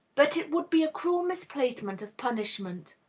but it would be a cruel misplacement of punishment.